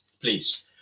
please